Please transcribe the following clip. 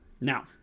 Now